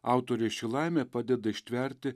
autorei ši laimė padeda ištverti